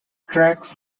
tracks